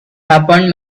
happened